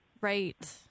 Right